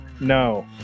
No